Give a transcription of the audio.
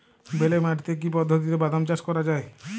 বেলে মাটিতে কি পদ্ধতিতে বাদাম চাষ করা যায়?